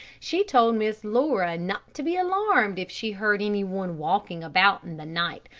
she told miss laura not to be alarmed if she heard any one walking about in the night,